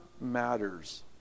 matters